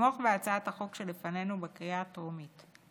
לתמוך בהצעת החוק שלפנינו בקריאה הטרומית.